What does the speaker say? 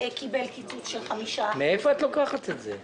קיבל קיצוץ של 5%. מאיפה את לוקחת את זה?